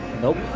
Nope